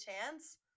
chance